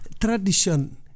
tradition